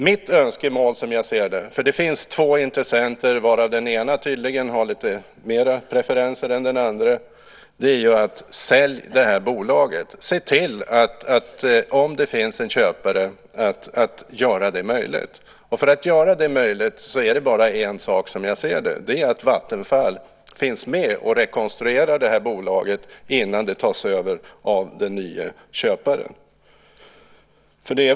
Mitt önskemål är - för det finns två intressenter, varav den ena tydligen har lite mer preferenser än den andra - att bolaget säljs. Om det finns en köpare, se då till att göra det möjligt. Och för att göra det möjligt finns det bara en sak att göra, som jag ser det, och det är att Vattenfall finns med och rekonstruerar det här bolaget innan det tas över av den nye köparen.